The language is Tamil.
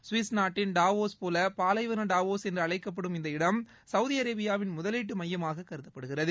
சுவிஸ் நாட்டின் டாவோஸ் போல பாலைவன டாவோஸ் என்று அழைக்கப்படும் இந்த இடம் சவுதி அரேபியாவின் முதலீட்டு மையமாக கருதப்படுகிறது